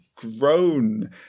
Grown